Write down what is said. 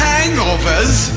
Hangovers